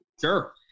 Sure